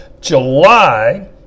July